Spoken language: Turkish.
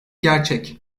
gerçek